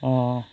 ও